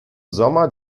sommer